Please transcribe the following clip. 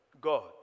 God